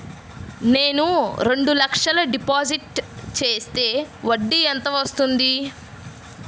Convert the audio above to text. నేను రెండు లక్షల డిపాజిట్ చేస్తే వడ్డీ ఎంత వస్తుంది?